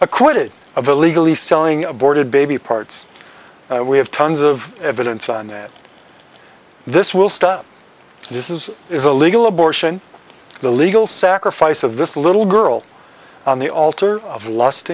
acquitted of illegally selling aborted baby parts we have tons of evidence on that this will stop this is is a legal abortion the legal sacrifice of this little girl on the altar of lust